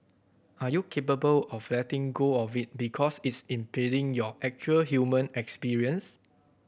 are you capable of letting go of it because it's impeding your actual human experience